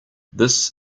this